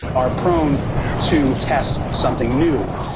are prone to test something new.